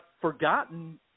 forgotten –